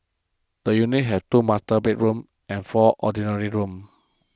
the unit had two master bedrooms and four ordinary rooms